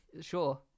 sure